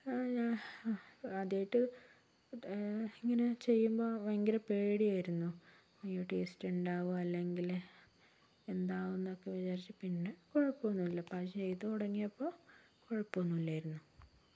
ആദ്യായിട്ട് ഇങ്ങനെ ചെയ്യുമ്പോൾ ഭയങ്കര പേടിയായിരിക്കുന്നു ടേസ്റ്റ് ഉണ്ടാവോ അല്ലെങ്കില് എന്താവുന്നൊക്കെ വിചാരിച്ച് പിന്നെ കുഴപ്പമൊന്നുമില്ല ചെയ്തു തുടങ്ങിയപ്പോൾ കുഴപ്പമൊന്നുമില്ലായിരുന്നു